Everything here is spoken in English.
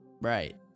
right